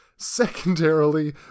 secondarily